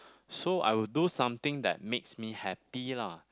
so I would do something that makes me happy lah